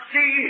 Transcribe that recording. See